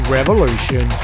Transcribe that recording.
Revolution